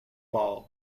ball